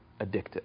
addictive